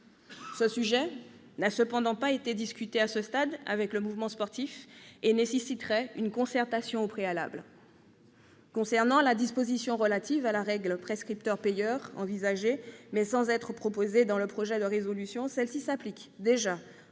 Ce sujet n'a cependant pas été discuté à ce stade avec le mouvement sportif et nécessiterait une concertation préalable. La disposition relative à la règle « prescripteur-payeur », envisagée, mais sans être proposée dans le projet de résolution, s'applique déjà en